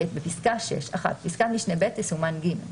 (ב) בפסקה 6 - (1) פסקת משנה (ב) תסומן (ג).